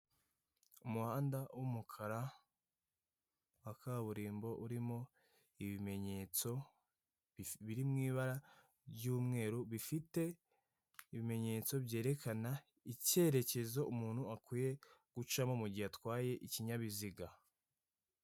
Umuhanda w'umukara wa kaburimbo urimo ibimenyetso biri mw'ibara ry'umweru bifite ibimenyetso byerekana icyerekezo umuntu akwiye gucamo mu mugihe atwaye ikinyabiziga.